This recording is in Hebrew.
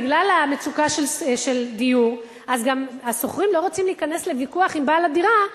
בגלל מצוקת הדיור השוכרים גם לא רוצים להיכנס לוויכוח עם בעלי הדירה,